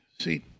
see